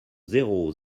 zéro